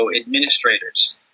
administrators